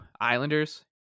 Islanders